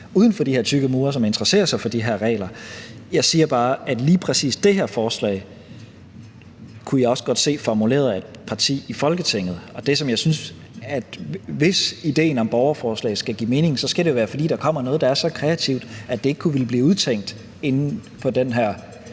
uden for de her tykke mure, som interesserer sig for de her regler. Jeg siger bare, at lige præcis det her forslag kunne jeg også godt se formuleret af et parti i Folketinget. Og hvis idéen om borgerforslag skal give mening, skal det være, fordi der kommer noget, der er så kreativt, at det ikke ville kunne blive udtænkt i den her